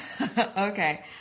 Okay